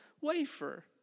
wafer